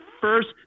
first